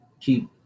keep